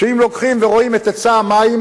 שאם לוקחים ורואים את היצע המים